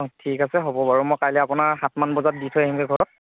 অঁ ঠিক আছে হ'ব বাৰু মই কাইলৈ আপোনাৰ সাতমান বজাত দি থৈ আহিমগৈ ঘৰত